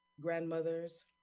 grandmothers